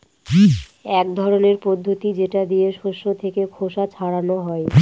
এক ধরনের পদ্ধতি যেটা দিয়ে শস্য থেকে খোসা ছাড়ানো হয়